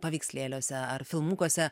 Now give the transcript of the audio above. paveikslėliuose ar filmukuose